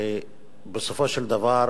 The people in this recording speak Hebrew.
ובסופו של דבר,